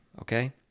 okay